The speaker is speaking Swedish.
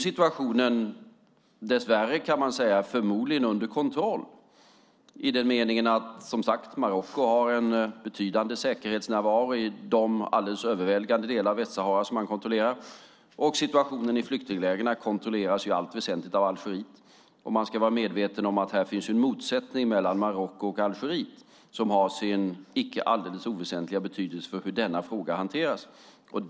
Situationen är, dess värre kan man säga, förmodligen under kontroll i den meningen att Marocko har en betydande säkerhetsnärvaro i de alldeles överväldigande delar av Västsahara som man kontrollerar, och situationen i flyktinglägren kontrolleras i allt väsentligt av Algeriet. Man ska vara medveten om att här finns en motsättning mellan Marocko och Algeriet som har sin icke alldeles oväsentliga betydelse för hur denna fråga hanteras.